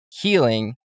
healing